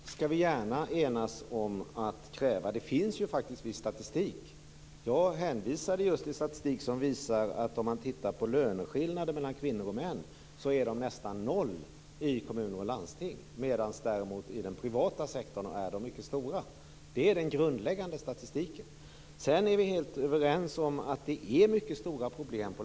Herr talman! Vi kan gärna enas om att kräva detta. Det finns faktiskt viss statistik. Jag hänvisade just till en statistik över löneskillnader mellan kvinnor och män som visar att dessa skillnader är nästan noll i kommuner och landsting, medan de däremot är mycket stora i den privata sektorn. Det är den grundläggande statistiken. Vi är vidare helt överens om att det inom landstingen är mycket stora problem.